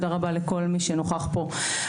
תודה רבה לכל מי שנוכח פה.